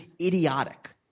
idiotic